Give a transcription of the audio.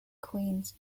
queens